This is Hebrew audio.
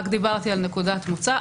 רק דיברתי על נקודת מוצא,